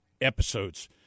episodes